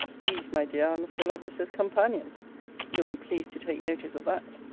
these, my dear, are mr. lovelace's companions you'll be pleased to take notice of that!